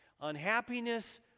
unhappiness